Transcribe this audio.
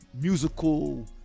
musical